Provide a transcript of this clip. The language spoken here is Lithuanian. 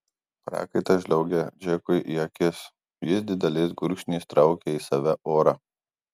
prakaitas žliaugė džekui į akis jis dideliais gurkšniais traukė į save orą